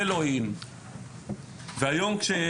זה לא In. היום אני שומע,